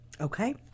Okay